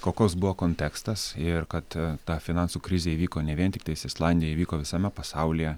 kokios buvo kontekstas ir kad ta finansų krizė įvyko ne vien tiktais islandijoj įvyko visame pasaulyje